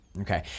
Okay